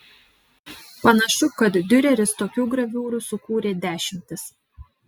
panašu kad diureris tokių graviūrų sukūrė dešimtis